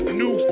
new